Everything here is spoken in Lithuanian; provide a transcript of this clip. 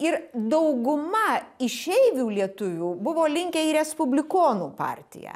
ir dauguma išeivių lietuvių buvo linkę į respublikonų partiją